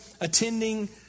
attending